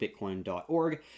Bitcoin.org